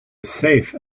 safe